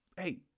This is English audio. hey